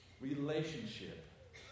relationship